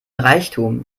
reichtum